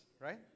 right